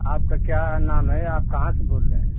आपका क्या नाम है आप कहाँ से बोल रहें